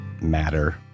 matter